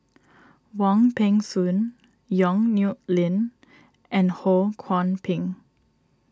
Wong Peng Soon Yong Nyuk Lin and Ho Kwon Ping